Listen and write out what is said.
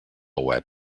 web